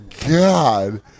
God